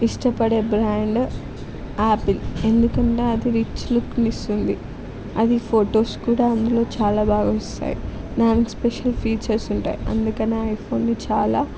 ఇష్టపడే brand Apple ఎందుకంటే అది రిచ్ లుక్ని ఇస్తుంది అది ఫోటోస్ కూడా అందులో చాలా బాగా వస్తాయి దానికి స్పెషల్ ఫీచర్స్ ఉంటాయి అందుకనే ఐఫోన్ని చాలా